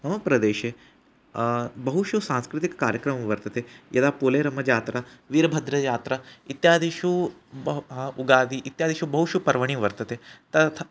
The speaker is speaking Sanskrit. मम प्रदेशे बहुषु सांस्कृतिककार्यक्रमं वर्तते यदा पोलेरम्मजात्रा वीरभद्रजात्रा इत्यादिषु युगादिः इत्यादिषु बहुषु पर्वाणि वर्तन्ते तथा